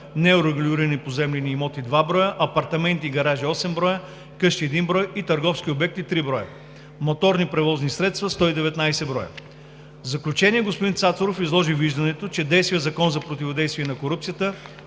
неурегулирани поземлени имоти – 2 броя, апартаменти и гаражи – 8 броя, къщи – 1 брой, и търговски обекти – 3 броя. - моторни превозни средства – 119 броя. В заключение господин Цацаров изложи виждането, че действащият Закон за противодействие на корупцията